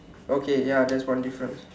okay ya that's one difference